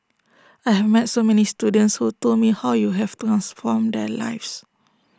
I have met so many students who told me how you have transformed their lives